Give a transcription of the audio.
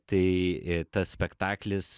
tai tas spektaklis